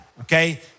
okay